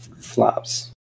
flops